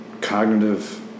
cognitive